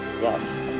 yes